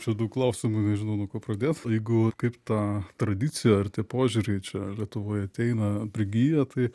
čia daug klausimų nežinau nuo ko pradėt o jeigu kaip ta tradicija ar tie požiūriai čia lietuvoj ateina prigyja tai